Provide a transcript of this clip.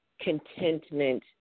contentment